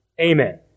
Amen